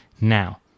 now